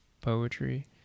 poetry